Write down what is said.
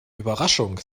überraschung